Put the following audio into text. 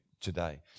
today